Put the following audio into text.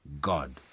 God